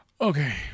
Okay